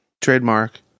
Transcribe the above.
trademark